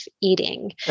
eating